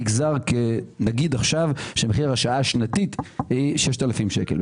נגיד עכשיו שמחיר השעה השנתית 6,000 שקל,